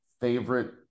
favorite